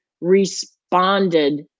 responded